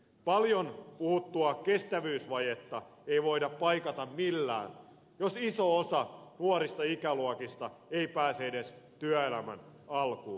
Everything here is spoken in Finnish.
paljon puhuttua kestävyysvajetta ei voida paikata millään jos iso osa nuorista ikäluokista ei pääse edes työelämän alkuun